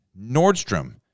Nordstrom